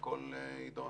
והכול יידון